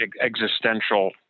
existential